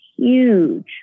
huge